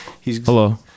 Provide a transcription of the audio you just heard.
Hello